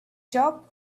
job